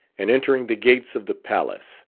and entering the gates of the palace.